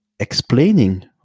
explaining